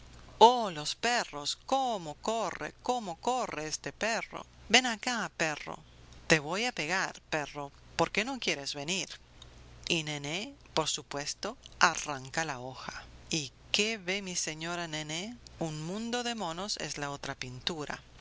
oh los perros cómo corre cómo corre este perro ven acá perro te voy a pegar perro porque no quieres venir y nené por supuesto arranca la hoja y qué ve mi señora nené un mundo de monos es la otra pintura